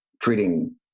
Treating